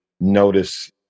notice